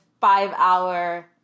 five-hour